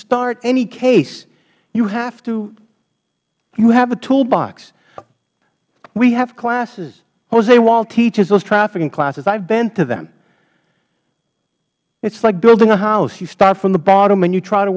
start any case you have toh you have a toolbox we have classes jose wall teaches those trafficking classes i've been to them it's like building a house you start from the bottom and you try to